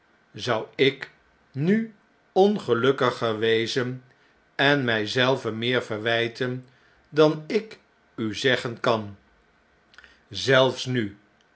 zou ik nu ongelukkiger wezen en mij zelve meer verwflten dan ik u zeggen kan zelfs nu